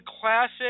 classic